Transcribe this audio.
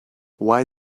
why